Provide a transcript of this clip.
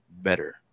better